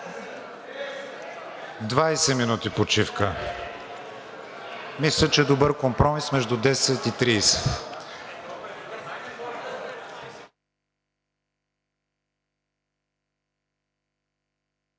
минути почивка! Мисля, че е добър компромис между 10 и 30.